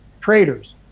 traders